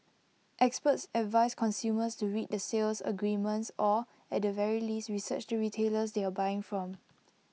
experts advise consumers to read the sales agreements or at the very least research the retailers they are buying from